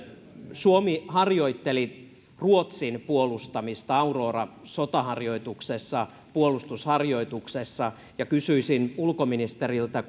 suomi harjoitteli ruotsin puolustamista aurora sotaharjoituksessa puolustusharjoituksessa kysyisin ulkoministeriltä